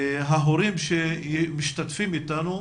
ההורים שמשתתפים אתנו,